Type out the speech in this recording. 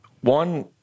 One